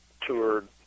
toured